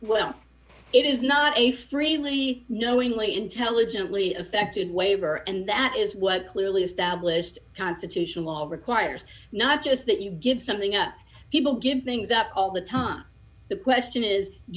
well it is not a freely knowingly intelligently affected waiver and that is what clearly established constitutional law requires not just that you give something up people give things up all the time the question is do